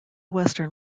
western